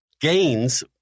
gains